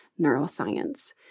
neuroscience